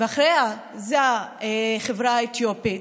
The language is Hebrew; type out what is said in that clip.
ואחריה זו החברה אתיופית.